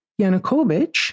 Yanukovych